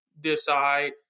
decide